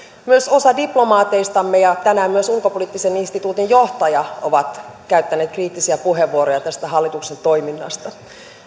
myös osa diplomaateistamme ja tänään myös ulkopoliittisen instituutin johtaja ovat käyttäneet kriittisiä puheenvuoroja tästä hallituksen toiminnasta